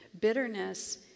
Bitterness